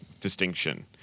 distinction